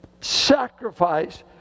sacrifice